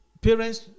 parents